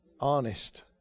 Honest